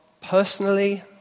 personally